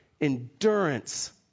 endurance